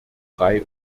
frei